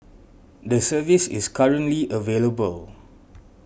the service is currently available